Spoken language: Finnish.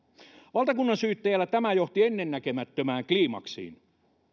valtakunnansyyttäjällä tämä johti ennennäkemättömään kliimaksiin